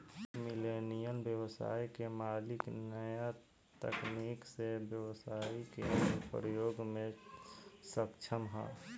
millennial ब्यबसाय के मालिक न्या तकनीक के ब्यबसाई के अनुप्रयोग में सक्षम ह